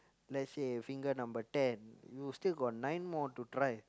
let's say finger number ten you still got nine more to try